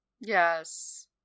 Yes